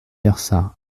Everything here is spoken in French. versa